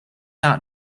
out